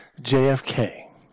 JFK